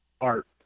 art